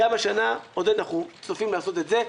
גם השנה, עודד, אנחנו צופים לעשות את זה.